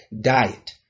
diet